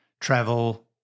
travel